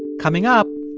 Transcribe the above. coming up,